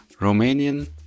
Romanian